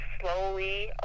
slowly